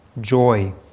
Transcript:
joy